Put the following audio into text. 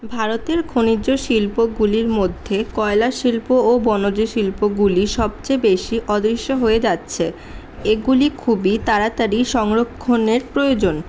ভারতের খনিজ শিল্পগুলির মধ্যে কয়লা শিল্প ও বনজ শিল্পগুলি সবচেয়ে বেশি অদৃশ্য হয়ে যাচ্ছে এগুলি খুবই তাড়াতাড়ি সংরক্ষণের প্রয়োজন